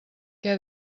què